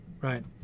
Right